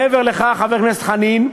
מעבר לכך, חבר הכנסת חנין,